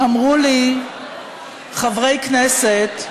אמרו לי חברי כנסת,